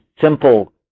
simple